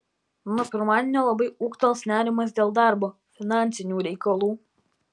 nuo pirmadienio labai ūgtels nerimas dėl darbo finansinių reikalų